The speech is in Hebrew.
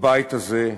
בבית הזה,